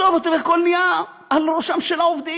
בסוף, אתה יודע, הכול נהיה על ראשם של העובדים.